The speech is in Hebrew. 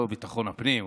לא ביטחון הפנים,